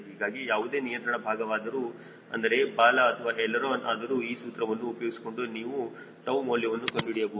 ಹೀಗಾಗಿ ಯಾವುದೇ ನಿಯಂತ್ರಣ ಭಾಗವಾದರೂ ಅಂದರೆ ಬಾಲ ಅಥವಾ ಎಳಿರೋನ ಆದರೂ ಈ ಸೂತ್ರವನ್ನು ಉಪಯೋಗಿಸಿಕೊಂಡು ನೀವು 𝜏 ಮೌಲ್ಯವನ್ನು ಕಂಡುಹಿಡಿಯಬಹುದು